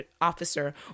officer